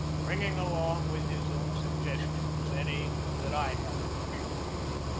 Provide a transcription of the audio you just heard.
bringing along with his own suggestions any that i had to communicate.